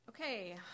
Okay